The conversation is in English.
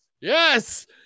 yes